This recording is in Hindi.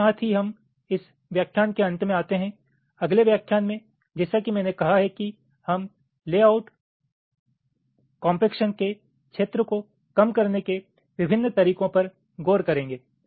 इसके साथ ही हम इस व्याख्यान के अंत में आते हैं अगले व्याख्यान में जैसा कि मैंने कहा है कि हम लेआउट कोम्पेक्शन के क्षेत्र को कम करने के विभिन्न तरीकों पर गौर करेंगे